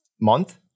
month